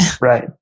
Right